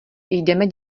jdeme